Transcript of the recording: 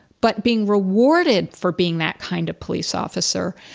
but being rewarded for being that kind of police officer.